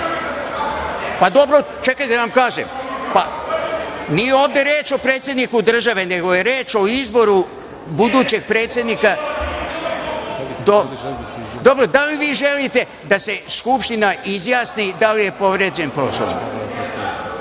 građanima… Čekajte da vam kažem, nije ovde reč o predsedniku države, nego je reč o izboru budućeg predsednika. Da li vi želite da se Skupština izjasni da li je povređen Poslovnik?